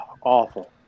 Awful